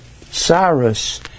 Cyrus